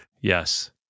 Yes